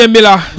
Miller